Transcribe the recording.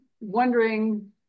wondering